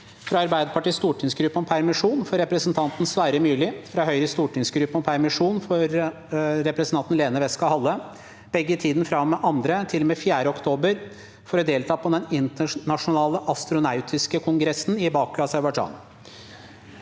fra Arbeiderpartiets stortingsgruppe om permisjon for representanten Sverre Myrli og fra Høyres stor- tingsgruppe om permisjon for representanten Lene Westgaard-Halle, begge i tiden fra og med 2. til og med 4. oktober, for å delta på den internasjonale astronautiske kongressen (IAC) i Baku, Aserbajdsjan